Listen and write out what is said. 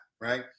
right